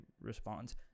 responds